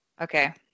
Okay